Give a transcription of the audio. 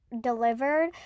delivered